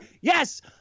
Yes